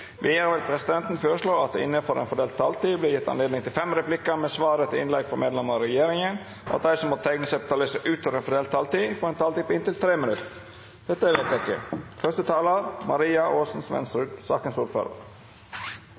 Vidare vil presidenten føreslå at det – innanfor den fordelte taletida – vert gjeve anledning til inntil seks replikkar med svar etter innlegg frå medlemer av regjeringa, og at dei som måtte teikna seg på talarlista utover den fordelte taletida, får ei taletid på inntil 3 minutt. – Det er vedteke.